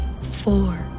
four